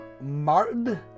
Martin